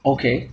okay